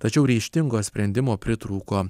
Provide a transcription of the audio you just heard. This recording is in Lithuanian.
tačiau ryžtingo sprendimo pritrūko